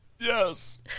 Yes